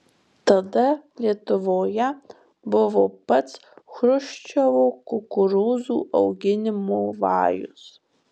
tada lietuvoje buvo pats chruščiovo kukurūzų auginimo vajus